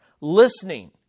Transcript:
listening